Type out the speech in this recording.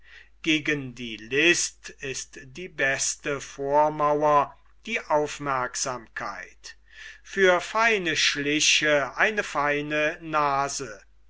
gegen die list ist die beste vormauer die aufmerksamkeit für seine schliche eine feine nase